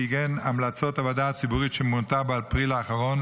שעיגן את המלצות הוועדה הציבורית שמונתה באפריל האחרון